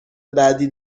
بعدی